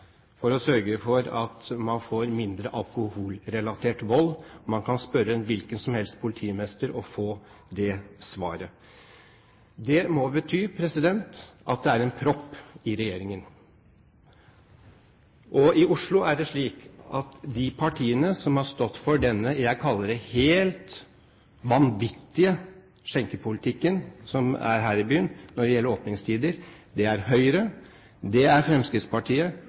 for å sørge for at man får mindre alkoholrelatert vold. Man kan spørre en hvilken som helst politimester og få det svaret. Det må bety at det er en propp i regjeringen. I Oslo er det slik at det er partiene Høyre, Fremskrittspartiet og Sosialistisk Venstreparti som har stått for denne – jeg kaller det – helt vanvittige skjenkepolitikken som er her i byen,